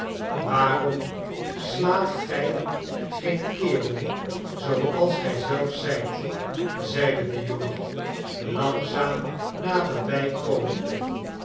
waarom slaat gij geen kerel zooals gij zelf zijt zeide de jongen langzaam naderbij komende